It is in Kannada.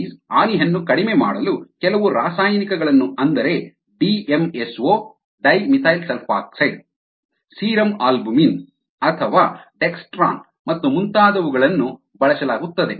ಐಸ್ ಹಾನಿಯನ್ನು ಕಡಿಮೆ ಮಾಡಲು ಕೆಲವು ರಾಸಾಯನಿಕಗಳನ್ನು ಅಂದರೆ DMSO dimethyl sulfoxide serum albumin ಅಥವಾ ಡೆಕ್ಸ್ಟ್ರಾನ್ ಮತ್ತು ಮುಂತಾದವುಗಳನ್ನು ಬಳಸಲಾಗುತ್ತದೆ